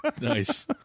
Nice